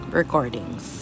recordings